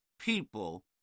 people